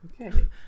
Okay